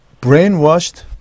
brainwashed